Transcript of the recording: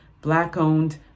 Black-owned